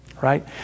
Right